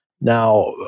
Now